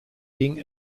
ging